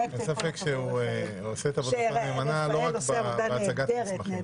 אין ספק שהוא עושה עבודתו נאמנה לא רק בהצגת מסמכים.